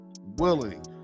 willing